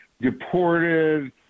deported